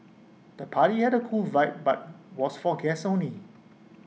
the party had A cool vibe but was for guests only